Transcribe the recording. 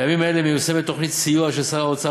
בימים אלה מיושמת תוכנית סיוע של שר האוצר